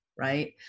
right